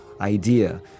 idea